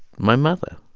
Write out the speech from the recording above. my mother.